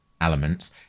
elements